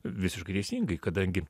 visiškai teisingai kadangi